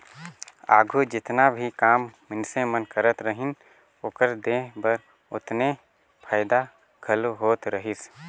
आघु जेतना भी काम मइनसे मन करत रहिन, ओकर देह बर ओतने फएदा घलो होत रहिस